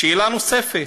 שאלה נוספת,